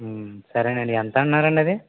సరే అండి ఎంతన్నారండది